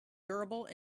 durable